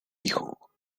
hijo